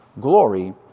glory